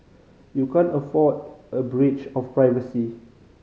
you can't afford a breach of privacy